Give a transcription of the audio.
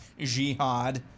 jihad